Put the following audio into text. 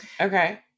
Okay